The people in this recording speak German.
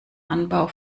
anbau